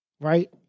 right